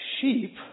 sheep